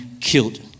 killed